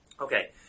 Okay